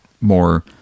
more